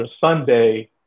Sunday